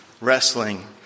wrestling